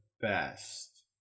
best